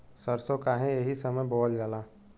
सरसो काहे एही समय बोवल जाला?